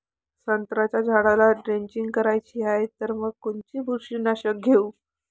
संत्र्याच्या झाडाला द्रेंचींग करायची हाये तर मग कोनच बुरशीनाशक घेऊ?